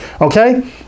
okay